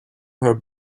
her